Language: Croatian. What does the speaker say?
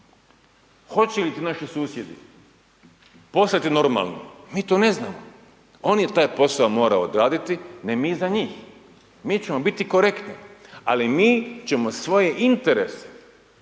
Hoće li ti naši susjedi postati normalni, mi to ne znamo, on je taj posao morao odraditi, ne mi za njih. Mi ćemo biti korektni, ali mi ćemo svoje interese,